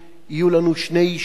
יהיו לנו שני יישובים,